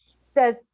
says